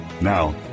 Now